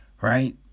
right